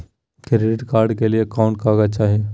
Credit card के लिए कौन कागज चाही?